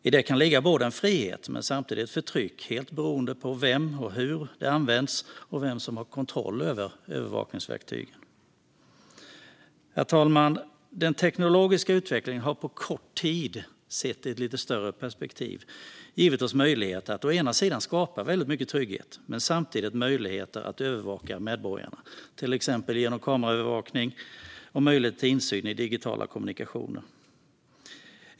I det kan det ligga en frihet men samtidigt förtryck helt beroende på av vem och hur det används och vem som har kontroll över övervakningsverktygen. Herr talman! Den teknologiska utvecklingen har på kort tid, sett i ett lite större perspektiv, givit oss möjligheter att å ena sidan skapa väldigt mycket trygghet, och å andra sidan skapa möjligheter att övervaka medborgarna till exempel genom kameraövervakning och insyn i digitala kommunikationer.